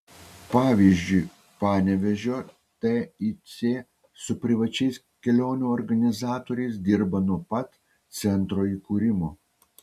pavyzdžiui panevėžio tic su privačiais kelionių organizatoriais dirba nuo pat centro įkūrimo